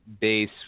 base